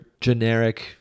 generic